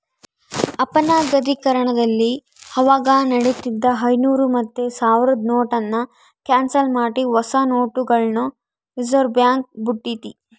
ಅಪನಗದೀಕರಣದಲ್ಲಿ ಅವಾಗ ನಡೀತಿದ್ದ ಐನೂರು ಮತ್ತೆ ಸಾವ್ರುದ್ ನೋಟುನ್ನ ಕ್ಯಾನ್ಸಲ್ ಮಾಡಿ ಹೊಸ ನೋಟುಗುಳ್ನ ರಿಸರ್ವ್ಬ್ಯಾಂಕ್ ಬುಟ್ಟಿತಿ